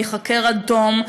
ייחקר עד תום,